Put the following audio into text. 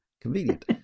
Convenient